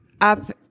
up